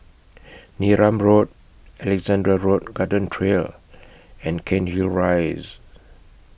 Neram Road Alexandra Road Garden Trail and Cairnhill Rise